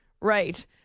right